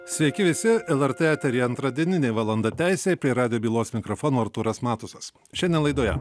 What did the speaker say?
sveiki visi lrt eteryje antradieninė valanda teisei prie rado bylos mikrofono artūras matusas šiandien laidoje